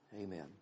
Amen